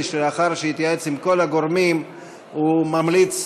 שלאחר שהתייעץ עם כל הגורמים הוא ממליץ